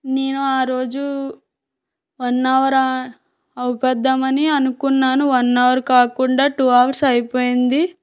నేను ఆరోజు one hour అవుపిద్డామని అనుకున్నాను వన్ అవర్ కాకుండా టూ అవర్స్ అయిపోయింది